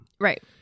Right